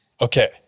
Okay